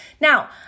now